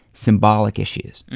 symbolic issues,